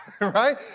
right